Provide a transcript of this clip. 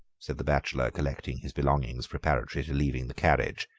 said the bachelor, collecting his belongings preparatory to leaving the carriage,